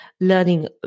learning